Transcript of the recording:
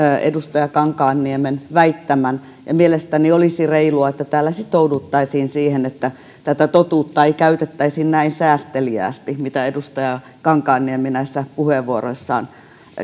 edustaja kankaanniemen väittämän mielestäni olisi reilua että täällä sitouduttaisiin siihen että totuutta ei käytettäisi näin säästeliäästi kuin edustaja kankaanniemi puheenvuoroissaan